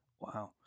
Wow